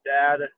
dad